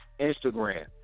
Instagram